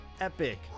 epic